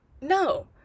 no